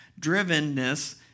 drivenness